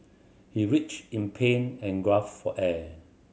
he in pain and for air